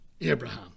Abraham